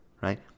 right